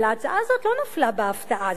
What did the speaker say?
אבל ההצעה הזאת לא נפלה בהפתעה.